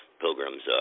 pilgrims